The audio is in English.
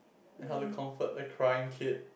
and how to comfort a crying kid